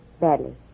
Badly